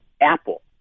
Apple